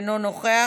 אינו נוכח,